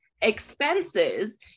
expenses